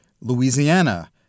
Louisiana